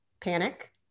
panic